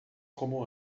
como